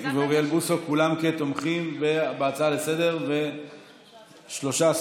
כולם כתומכים בהצעה לסדר-היום.